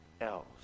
else